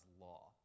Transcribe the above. law